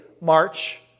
March